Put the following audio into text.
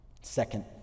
Second